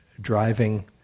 driving